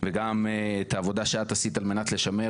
וגם את העבודה שאת עשית על מנת לשמר